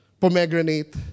pomegranate